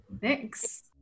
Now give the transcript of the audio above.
Thanks